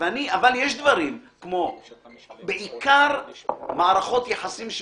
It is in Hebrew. אבל יש דברים כמו בעיקר מערכות יחסים שמתכתבות,